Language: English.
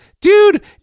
dude